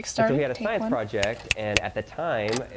and so he had a science project, and at the time,